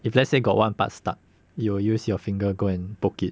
if let's say got one part stuck you will use your finger go and poke it